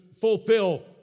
fulfill